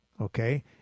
okay